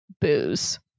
booze